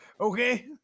Okay